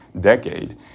decade